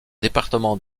départements